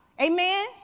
Amen